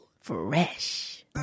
Fresh